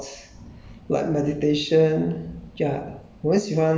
I also like in my life I also go into buddhism a lot